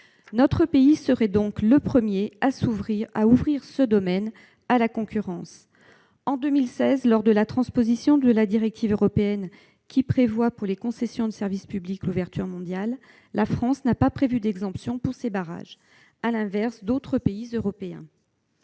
Notre pays serait donc le premier à ouvrir ce secteur à la concurrence. En 2016, lors de la transposition de la directive européenne qui prévoit l'ouverture des concessions de service public à la concurrence mondiale, la France n'a pas prévu d'exempter ses barrages, à l'inverse d'autres pays européens.